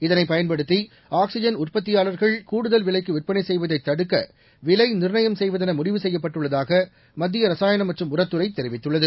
இதனைப் பயன்படுத்தி ஆக்சிஜன் உற்பத்தியாளர்கள் கூடுதல் விலைக்கு விற்பனை செய்வதைத் விலை நிர்ணயம் செய்வதென தடுக்க முடிவு செய்யப்பட்டுள்ளதாக மத்திய ரசாயணம் மற்றும் உரத்துறை தெரிவித்துள்ளது